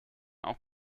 auch